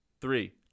Three